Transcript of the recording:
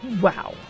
Wow